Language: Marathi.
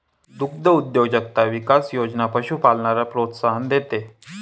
दुग्धउद्योजकता विकास योजना पशुपालनाला प्रोत्साहन देते